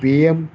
pm